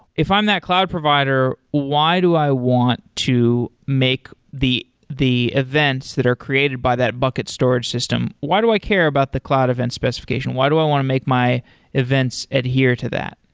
if i'm that cloud provider, why do i want to make the the events that are created by that bucket storage system? why do i care about the cloud event specification? why do i want to make my events adhere to that?